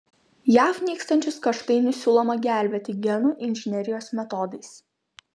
jav nykstančius kaštainius siūloma gelbėti genų inžinerijos metodais